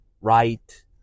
right